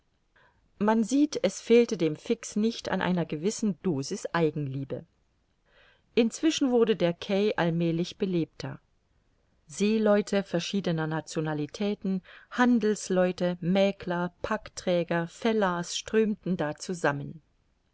man sieht es fehlte dem fix nicht an einer gewissen dosis eigenliebe inzwischen wurde der quai allmälig belebter seeleute verschiedener nationalitäten handelsleute mäkler packträger fellahs strömten da zusammen